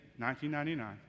1999